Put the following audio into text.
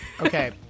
Okay